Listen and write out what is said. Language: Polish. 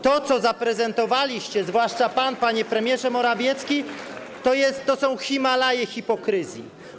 To, co zaprezentowaliście, zwłaszcza pan, panie premierze Morawiecki, to są Himalaje hipokryzji.